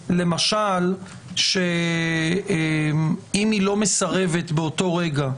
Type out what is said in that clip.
ההודעה למשל שאם היא לא מסרבת באותו רגע,